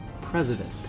president